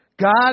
God